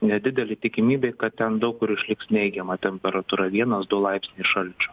nedidelė tikimybė kad ten daug kur išliks neigiama temperatūra vienas du laipsniai šalčio